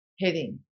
heading